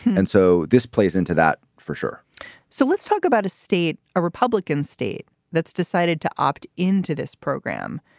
and so this plays into that for sure so let's talk about a state, a republican state that's decided to opt into this program.